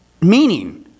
meaning